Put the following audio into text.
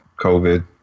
COVID